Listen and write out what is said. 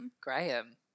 Graham